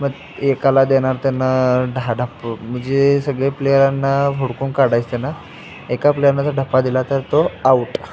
मग एकाला देणार त्यांना ढा ढाप म्हणजे सगळे प्लेयरांना हुडकून काढायचं त्यांना एका प्लेयरनं जर ढप्पा दिला तर तो आऊट